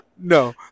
No